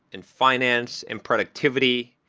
and finance, in productivity,